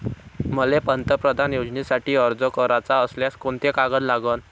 मले पंतप्रधान योजनेसाठी अर्ज कराचा असल्याने कोंते कागद लागन?